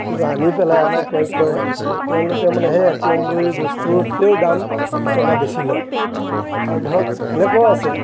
কিন্তু আনি পেলাই আকৌ কি কৰে তেওঁলোকে মানে সেই এক নম্বৰী বস্তুতকৈও দাম দুটকা বেছি লয় আৰু ধৰক এনেকুৱাও আছে